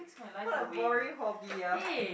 what a boring hobby ah